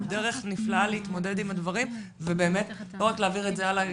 דרך נפלאה להתמודד עם הדברים ובאמת לא רק להעביר את זה הלאה,